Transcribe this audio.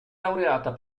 laureata